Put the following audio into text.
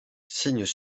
signes